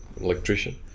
electrician